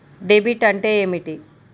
Debit అంటే ఏమిటి?